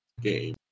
game